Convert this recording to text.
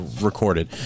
recorded